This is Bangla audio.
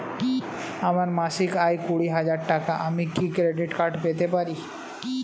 আমার মাসিক আয় কুড়ি হাজার টাকা আমি কি ক্রেডিট কার্ড পেতে পারি?